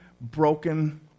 broken